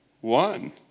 one